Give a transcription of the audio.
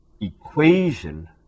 equation